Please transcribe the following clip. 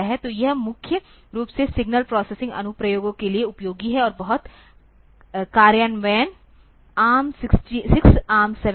तो यह मुख्य रूप से सिग्नल प्रोसेसिंग अनुप्रयोगों के लिए उपयोगी है और बहुत कार्यान्वयन ARM 6 ARM 7 हैं